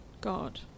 God